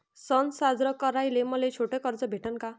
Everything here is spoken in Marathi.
सन साजरे कराले मले छोट कर्ज भेटन का?